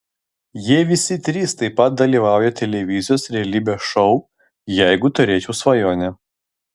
jie visi trys taip pat dalyvauja televizijos realybės šou jeigu turėčiau svajonę